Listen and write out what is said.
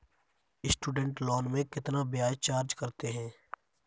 Student loan में कितना ब्याज चार्ज करते हैं?